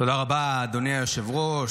תודה רבה, אדוני היושב-ראש.